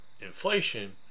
inflation